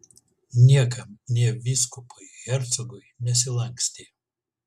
niekam nė vyskupui hercogui nesilankstė